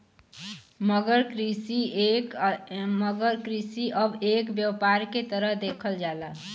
मगर कृषि अब एक व्यापार के तरह देखल जाला